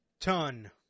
Ton